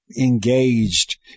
engaged